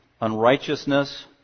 unrighteousness